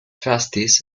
trustees